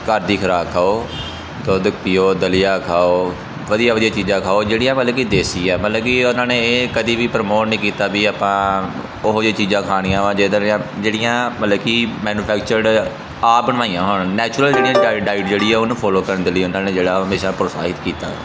ਘਰ ਦੀ ਖੁਰਾਕ ਖਾਓ ਦੁੱਧ ਪੀਓ ਦਲੀਆ ਖਾਓ ਵਧੀਆ ਵਧੀਆ ਚੀਜ਼ਾਂ ਖਾਓ ਜਿਹੜੀਆਂ ਮਤਲਬ ਕਿ ਦੇਸੀ ਆ ਮਤਲਬ ਕਿ ਉਹਨਾਂ ਨੇ ਇਹ ਕਦੇ ਵੀ ਪ੍ਰਮੋਟ ਨਹੀਂ ਕੀਤਾ ਵੀ ਆਪਾਂ ਉਹੋ ਜਿਹੀ ਚੀਜ਼ਾਂ ਖਾਣੀਆਂ ਵਾ ਜਿੱਧਰ ਜਿਹੜੀਆਂ ਮਤਲਬ ਕਿ ਮੈਨੁਫੈਕਚਡ ਆਪ ਬਣਵਾਈਆਂ ਹੋਣ ਨੈਚੁਰਲ ਜਿਹੜੀਆਂ ਡਾਇਟ ਡਾਇਟ ਜਿਹੜੀ ਉਹਨੂੰ ਫੋਲੋ ਕਰਨ ਦੇ ਲਈ ਉਹਨਾਂ ਨੇ ਜਿਹੜਾ ਹਮੇਸ਼ਾ ਪ੍ਰੋਤਸਾਹਿਤ ਕੀਤਾ